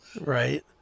right